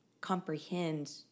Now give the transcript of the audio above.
comprehend